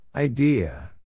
Idea